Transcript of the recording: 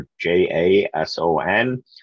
J-A-S-O-N